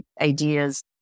ideas